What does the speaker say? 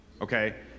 okay